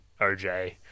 oj